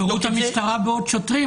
תגברו את המשטרה בעוד שוטרים,